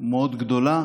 מאוד גדולה